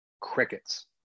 crickets